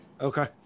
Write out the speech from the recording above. Okay